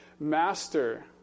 Master